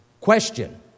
Question